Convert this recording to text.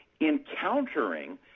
encountering